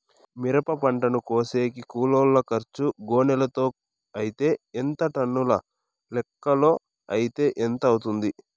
మిరప పంటను కోసేకి కూలోల్ల ఖర్చు గోనెలతో అయితే ఎంత టన్నుల లెక్కలో అయితే ఎంత అవుతుంది?